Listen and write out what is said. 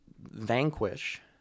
Vanquish